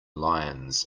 lions